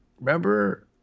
Remember